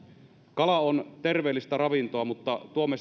kala on terveellistä ravintoa mutta tuomme